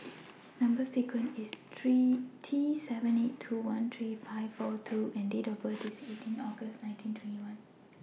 Number sequence IS T seven eight two one three four five U and Date of birth IS eighteen August nineteen twenty one